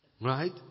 Right